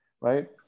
right